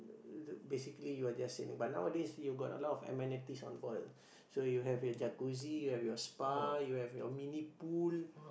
basically you are just same but nowadays you got a lot of amenities on board so you have your jacuzzi your spa your mini pool